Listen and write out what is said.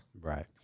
Right